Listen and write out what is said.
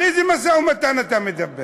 על איזה משא-ומתן אתה מדבר?